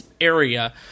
area